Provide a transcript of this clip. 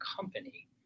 company